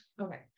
Okay